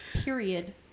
period